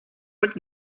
would